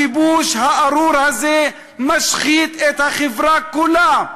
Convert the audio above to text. הכיבוש הארור הזה משחית את החברה כולה.